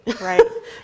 right